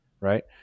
right